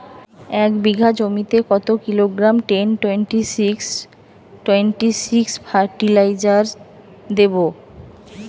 এক বিঘা জমিতে কত kilogram ten twenty six twenty six fertiliser দেবো?